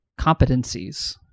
competencies